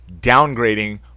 downgrading